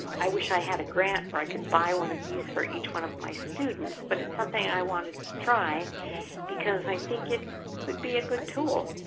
i wish i had a grant where i could buy one of these for each one of my students but it's something i wanted to try because i think it could be a good tool